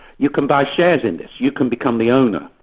you can buy shares in this, you can become the owner',